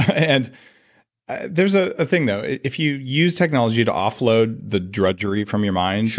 and there's a thing though. if you use technology to off-load the drudgery from your mind,